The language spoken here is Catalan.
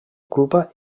culpa